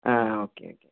ആ okay okay